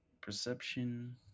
Perception